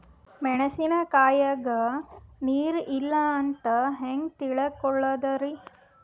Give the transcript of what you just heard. ಮೆಣಸಿನಕಾಯಗ ನೀರ್ ಇಲ್ಲ ಅಂತ ಹೆಂಗ್ ತಿಳಕೋಳದರಿ?